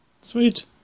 Sweet